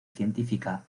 científica